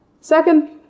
Second